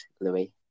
Louis